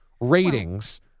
ratings –